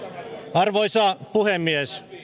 arvoisa puhemies